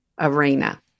arena